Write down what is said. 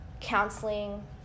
counseling